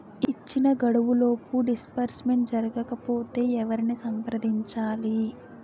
ఇచ్చిన గడువులోపు డిస్బర్స్మెంట్ జరగకపోతే ఎవరిని సంప్రదించాలి?